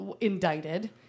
indicted